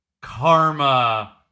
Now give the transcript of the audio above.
karma